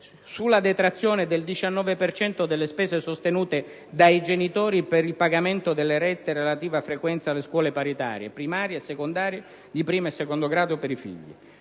della detrazione del 19 per cento delle spese sostenute dai genitori per il pagamento delle rette relative alla frequenza di scuole materne paritarie, primaria e secondaria di primo e secondo grado per i figli.